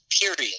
period